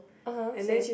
(uh huh) same